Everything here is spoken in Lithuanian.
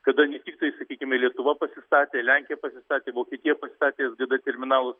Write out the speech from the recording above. kadangi tiktai sakykime lietuva pasistatė lenkija pasistatė vokietija pasistatė sgd terminalus